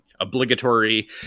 obligatory